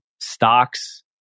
stocks